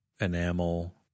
enamel